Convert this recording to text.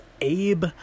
Abe